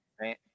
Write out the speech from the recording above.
Right